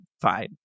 fine